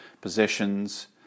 possessions